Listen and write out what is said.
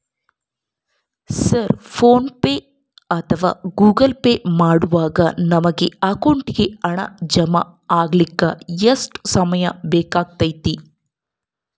Sir PhonePe ಅಥವಾ Google pay ಮಾಡಿದಾಗ ನಮ್ಮ ಅಕೌಂಟಿಗೆ ಹಣ ಜಮಾ ಆಗಲಿಕ್ಕೆ ಎಷ್ಟು ಸಮಯ ಬೇಕಾಗತೈತಿ?